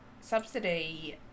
subsidy